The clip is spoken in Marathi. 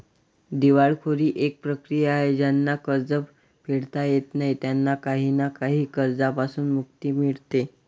दिवाळखोरी एक प्रक्रिया आहे ज्यांना कर्ज फेडता येत नाही त्यांना काही ना काही कर्जांपासून मुक्ती मिडते